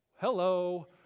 Hello